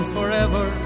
Forever